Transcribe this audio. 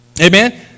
Amen